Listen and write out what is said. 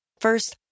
First